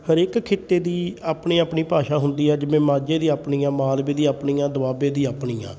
ਹਰ ਇੱਕ ਖਿੱਤੇ ਦੀ ਆਪਣੀ ਆਪਣੀ ਭਾਸ਼ਾ ਹੁੰਦੀ ਹੈ ਜਿਵੇਂ ਮਾਝੇ ਦੀ ਆਪਣੀ ਆ ਮਾਲਵੇ ਦੀ ਆਪਣੀ ਆ ਦੁਆਬੇ ਦੀ ਆਪਣੀ ਆ